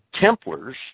Templars